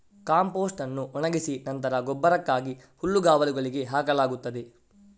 compost ಅನ್ನು ಒಣಗಿಸಿ ನಂತರ ಗೊಬ್ಬರಕ್ಕಾಗಿ ಹುಲ್ಲುಗಾವಲುಗಳಿಗೆ ಹಾಕಲಾಗುತ್ತದೆ